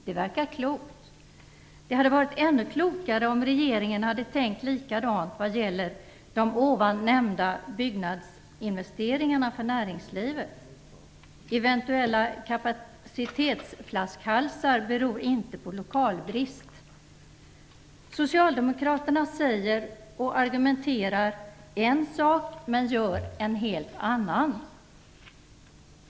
Det verkar klokt. Det hade varit ännu klokare om regeringen hade tänkt likadant vad gäller de tidigare nämnda byggnadsinvesteringarna för näringslivet. Eventuella kapacitetsflaskhalsar beror inte på lokalbrist. Socialdemokraterna argumenterar för en sak men gör något helt annat.